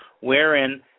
wherein